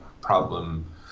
problem